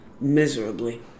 miserably